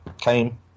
came